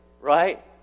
right